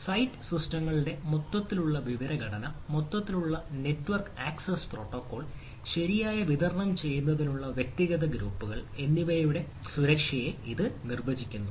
site സിസ്റ്റങ്ങളുടെ മൊത്തത്തിലുള്ള വിവര ഘടന മൊത്തത്തിലുള്ള നെറ്റ്വർക്ക് ആക്സസ് പ്രോട്ടോക്കോൾ ശരിയായി വിതരണം ചെയ്യുന്നതിനുള്ള വ്യക്തിഗത ഗ്രൂപ്പുകൾ എന്നിവയുടെ സുരക്ഷയെ ഇത് നിർവചിക്കുന്നു